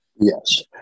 Yes